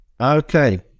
Okay